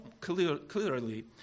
clearly